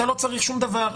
אתה לא צריך שום דבר,